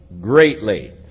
greatly